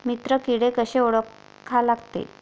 मित्र किडे कशे ओळखा लागते?